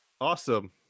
Awesome